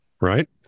right